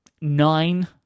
nine